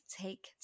Take